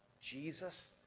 Jesus